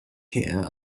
here